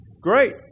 Great